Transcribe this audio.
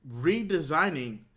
redesigning